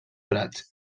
prats